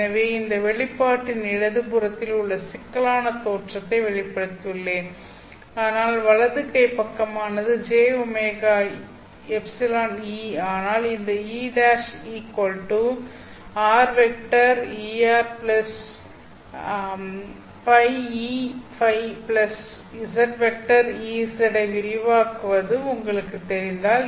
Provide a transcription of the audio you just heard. எனவே இந்த வெளிப்பாட்டின் இடது புறத்தில் இந்த சிக்கலான தோற்றத்தை வெளிப்படுத்தியுள்ளேன் ஆனால் வலது கை பக்கமானது jωεE ஆனால் இந்த E' rErØ EØ zEz ஐ விரிவாக்குவது உங்களுக்குத் தெரிந்தால்